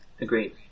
Agreed